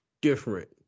different